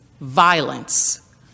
violence